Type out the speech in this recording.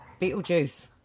Beetlejuice